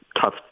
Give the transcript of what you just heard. tough